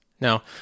Now